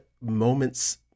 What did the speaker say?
moments